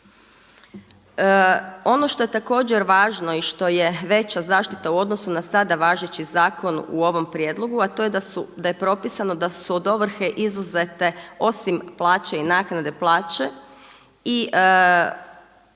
Ono što je također važno i što je veća zaštita u odnosu na sada važeći zakon u ovom prijedlogu, a to je da je propisano da su od ovrhe izuzete osim plaće i naknade plaće i